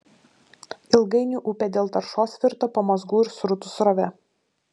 ilgainiui upė dėl taršos virto pamazgų ir srutų srove